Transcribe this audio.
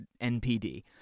NPD